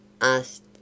asked